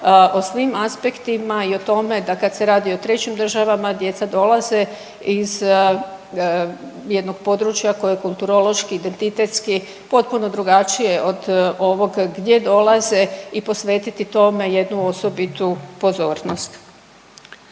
o svim aspektima i o tome da kad se radi o trećim državama djeca dolaze iz jednog područja koje je kulturološki, identitetski potpuno drugačije od ovog gdje dolaze i posvetiti tome jednu osobitu pozornost.